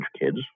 kids